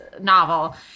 novel